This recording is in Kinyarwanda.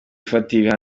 ifatira